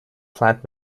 plant